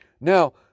Now